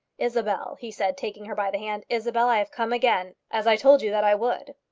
isabel, he said, taking her by the hand, isabel, i have come again, as i told you that i would.